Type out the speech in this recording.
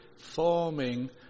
forming